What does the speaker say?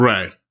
Right